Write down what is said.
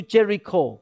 Jericho